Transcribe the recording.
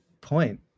point